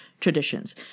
traditions